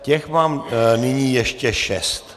Těch mám nyní ještě šest.